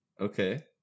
Okay